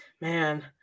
Man